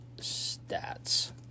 Stats